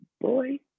boy